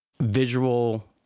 visual